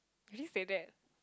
did you say that